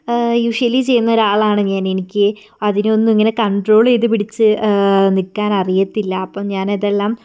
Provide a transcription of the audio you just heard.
usually ചെയ്യുന്ന ഒരാളാണ് ഞാൻ എനിക്ക് അതിനൊന്നും ഇങ്ങനെ കൺട്രോൾ ചെയ്ത് പിടിച്ച് നിൽക്കാൻ അറിയത്തില്ല അപ്പം ഞാൻ അതെല്ലാം